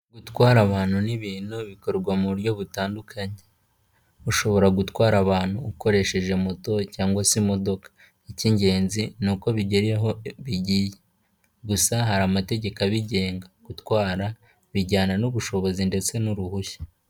Gutwara abantu n'ibintu bikorwa mu buryo butandukanye. Ushobora gutwara abantu ukoresheje moto cyangwa se imodoka. Icy'ingenzi ni uko bigera aho bigiye, gusa hari amategeko abigenga, gutwara bijyana n'ubushobozi ndetse n'uruhushya.